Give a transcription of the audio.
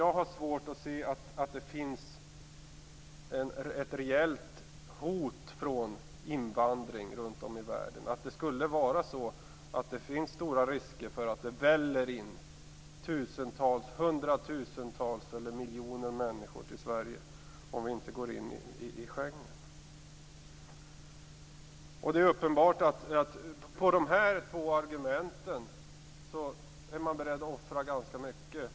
Jag har svårt att se att invandringen runt om i världen skulle utgöra ett rejält hot, att det skulle finnas stora risker för att tusentals, hundratusentals eller miljoner människor skulle välla in i Sverige om vi inte går med i Schengen. Det är uppenbart att man för de här två argumenten är beredd att offra ganska mycket.